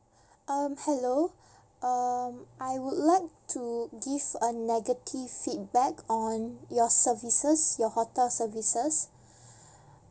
um hello um I would like to give a negative feedback on your services your hotel services